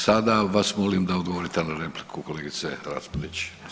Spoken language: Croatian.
Sada vas molim da odgovorite na repliku kolegice Raspudić Selak.